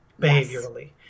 behaviorally